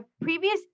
previous